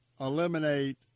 eliminate